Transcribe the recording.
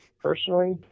Personally